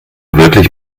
wirklich